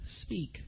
speak